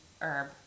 herb